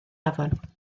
afon